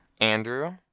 Andrew